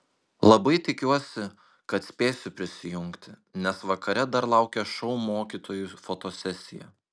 labai tikiuosi kad spėsiu prisijungti nes vakare dar laukia šou mokytojų fotosesija